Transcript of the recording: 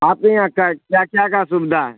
آپ یہ کیا کیا کیا سوویدھا ہے